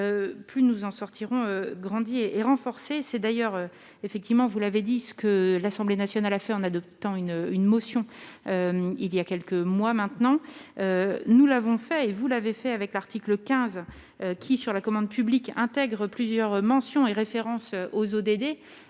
plus nous en sortirons grandis et renforcés, c'est d'ailleurs effectivement, vous l'avez dit, ce que l'Assemblée nationale a fait en adoptant une une motion il y a quelques mois maintenant, nous l'avons fait et vous l'avez fait avec l'article 15 qui sur la commande publique intègre plusieurs mentions et références aux aux